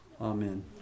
amen